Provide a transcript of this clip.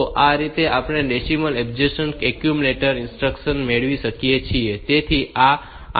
તો આ રીતે આપણે આ ડેસિમલ એડજસ્ટ એક્યુમ્યુલેટર ઇન્સ્ટ્રક્શન મેળવી શકીએ છીએ